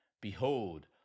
Behold